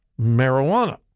marijuana